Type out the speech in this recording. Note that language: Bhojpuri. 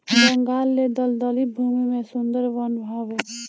बंगाल ले दलदली भूमि में सुंदर वन हवे